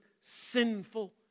sinful